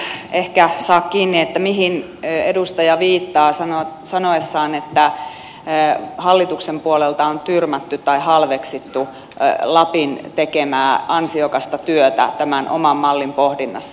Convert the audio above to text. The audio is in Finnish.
nyt en aivan ehkä saa kiinni mihin edustaja viittaa sanoessaan että hallituksen puolelta on tyrmätty tai halveksittu lapin tekemää ansiokasta työtä tämän oman mallin pohdinnassa